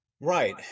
Right